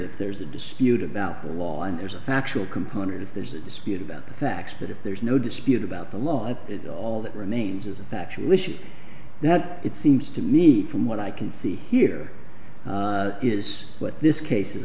component there's a dispute about the law and there's a factual component there's a dispute about the fact that if there is no dispute about the law it is all that remains is a factual issue that it seems to me from what i can see here is what this case is